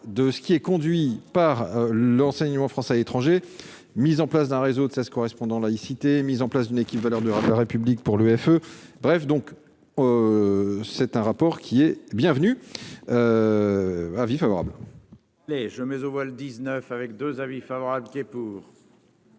de ce qu'il est conduit par l'enseignement français à l'étranger, mise en place d'un réseau de ça ce correspondants laïcité mise en place d'une équipe, valeurs de la République pour l'UFE, bref, donc c'est un rapport qui est bienvenu : avis favorable. Les jeux mais au voile 19 avec 2 avis favorable qui est pour.